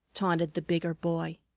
taunted the bigger boy.